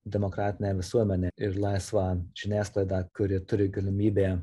demokratinę visuomenę ir laisvą žiniasklaidą kuri turi galimybę